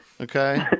Okay